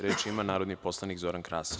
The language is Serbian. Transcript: Reč ima narodni poslanik Zoran Krasić.